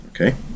Okay